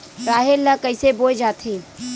राहेर ल कइसे बोय जाथे?